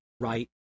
right